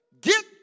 Get